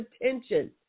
attention